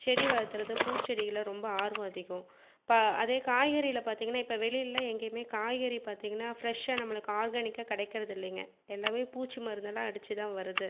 செடி வளர்த்துறது பூச்செடியில் ரொம்ப ஆர்வம் அதிகம் இப்போ அதே காய்கறியில் பார்த்திங்கன்னா இப்போ வெளிலெலாம் எங்கேயுமே காய்கறி பார்த்திங்கன்னா ஃப்ரெஷ்ஷாக நம்மளுக்கு ஆர்கானிக்காக கிடைக்கறது இல்லைங்க எல்லாமே பூச்சு மருந்தெல்லாம் அடித்து தான் வருது